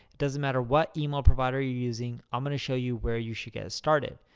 it doesn't matter what email provider you're using, i'm going to show you where you should get started.